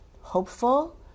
hopeful